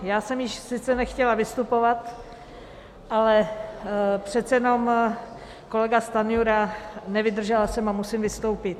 Já jsem již sice nechtěla vystupovat, ale přece jenom kolega Stanjura, nevydržela jsem a musím vystoupit.